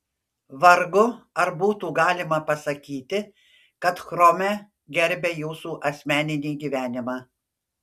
vargu ar būtų galima pasakyti kad chrome gerbia jūsų asmeninį gyvenimą